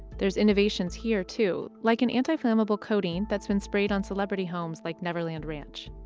there's innovations here, too, like an anti flammable coating that's been sprayed on celebrity homes like neverland ranch.